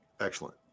Excellent